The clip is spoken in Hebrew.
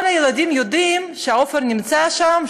כל הילדים יודעים שעופר נמצא שם,